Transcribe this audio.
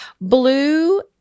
blue